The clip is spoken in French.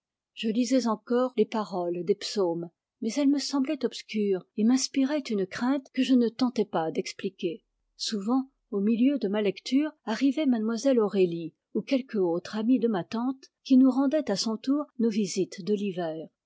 je lisais encore les paroles des psaumes mais elles me semblaient obscures et m'inspiraient une crainte que je ne tentais pas d'expliquer souvent au milieu de ma lecture arrivait mlle aurélie ou quelque autre amie de ma tante qui nous rendait à son tour nos visites de l'hiver